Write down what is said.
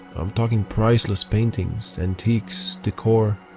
i'm talking priceless paintings, antiques, decor.